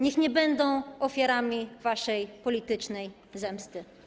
Niech nie będą ofiarami waszej politycznej zemsty.